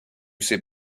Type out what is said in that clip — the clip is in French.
ses